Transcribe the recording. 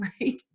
right